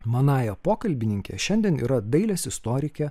manąja pokalbininke šiandien yra dailės istorikė